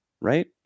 right